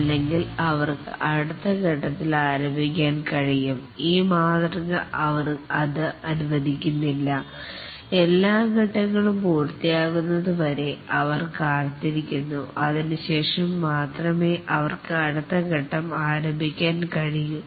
അല്ലെങ്കിൽ അവർക്ക് അടുത്തഫേസ് ആരംഭിക്കാൻ കഴിയും പക്ഷേ ഈ മാതൃക അത് അനുവദിക്കുന്നില്ല എല്ലാ ഫേസ് ങ്ങളും പൂർത്തിയാകുന്നത് വരെ അവർ കാത്തിരിക്കുന്നു അതിനുശേഷം മാത്രമേ അവർക്ക് അടുത്തഫേസ് ആരംഭിക്കാൻ കഴിയൂ